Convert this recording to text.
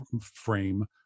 frame